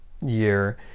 year